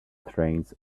trains